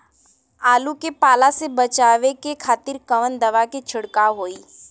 आलू के पाला से बचावे के खातिर कवन दवा के छिड़काव होई?